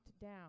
down